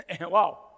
Wow